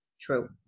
true